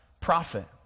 prophet